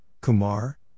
Kumar